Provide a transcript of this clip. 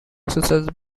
exercises